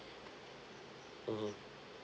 mmhmm